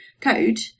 code